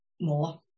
more